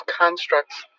constructs